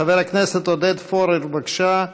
חבר הכנסת עודד פורר, בבקשה.